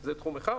זה תחום אחד.